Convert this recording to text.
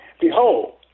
Behold